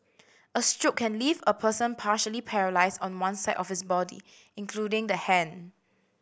a stroke can leave a person partially paralysed on one side of his body including the hand